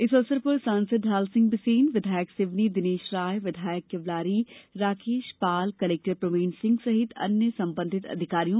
इस अवसर पर सांसद ढालसिंह बिसेन विधायक सिवनी दिनेश राय विधायक केवलारी राकेश पाल कलेक्टर प्रवीण सिंह सहित अन्य संबंधित अधिकारियों की उपस्थिति रहे